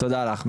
תודה לך,